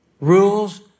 rules